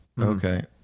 Okay